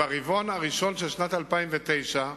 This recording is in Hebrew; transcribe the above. וברבעון הראשון של שנת 2009,